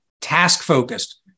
task-focused